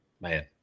Man